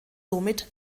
somit